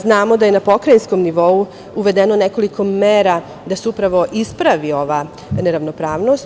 Znamo da je na pokrajinskom nivou uvedeno nekoliko mera da se upravo ispravi ova neravnopravnost.